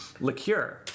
liqueur